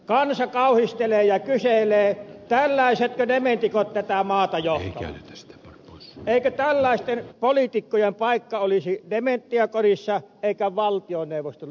kansa kauhistelee ja kyselee tällaisetko dementikot tätä maata johtavat eikö tällaisten poliitikkojen paikka olisi dementiakodissa eikä valtioneuvoston linnassa